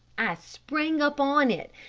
i sprang up on it,